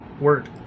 Word